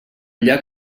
llac